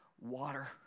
water